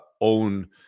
own